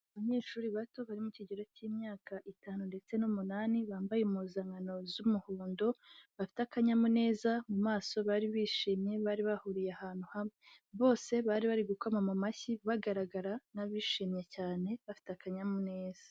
Abanyeshuri bato bari mu kigero cy'imyaka itanu ndetse n'umunani, bambaye impuzankano z'umuhondo, bafite akanyamuneza mu maso bari bishimye bari bahuriye ahantu hamwe, bose bari bari gukoma mu mashyi bagaragara n'abishimye cyane, bafite akanyamuneza.